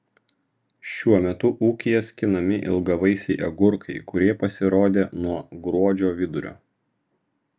šiuo metu ūkyje skinami ilgavaisiai agurkai kurie pasirodė nuo gruodžio vidurio